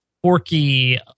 Forky